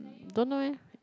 don't know eh